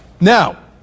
now